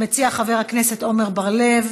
המציע, חבר הכנסת עמר בר-לב.